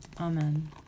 Amen